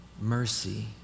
Mercy